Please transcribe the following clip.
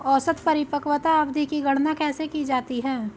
औसत परिपक्वता अवधि की गणना कैसे की जाती है?